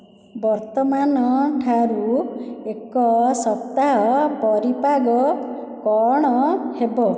ବର୍ତ୍ତମାନ ଠାରୁ ଏକ ସପ୍ତାହ ପରିପାଗ କ'ଣ ହେବ